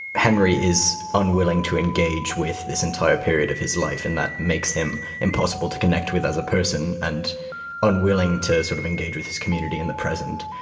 henry is unwilling to engage with this entire period of his life, and that makes him impossible to connect with as a person and unwilling to sort of engage with his community in the present.